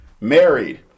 married